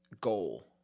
goal